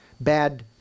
Bad